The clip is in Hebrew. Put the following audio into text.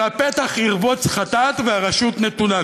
לפתח ירבוץ חטאת והרשות נתונה.